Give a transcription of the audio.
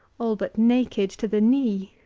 all but naked to the knee!